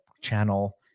channel